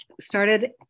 started